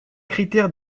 critères